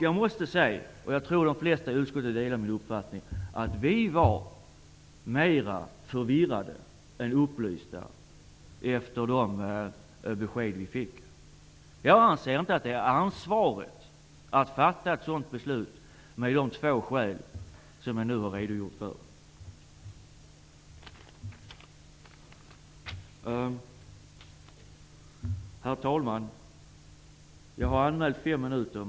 Jag tror att de flesta i utskottet delar min uppfattning att vi blev mer förvirrade än upplysta efter de besked vi fick. Jag anser inte att det är ansvarigt att fatta beslut med dessa två skäl som jag har redogjort för som underlag. Herr talman! Jag har anmält mig till fem minuters taletid.